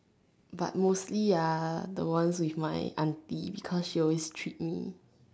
but mostly ah the ones with my aunty because she always treat me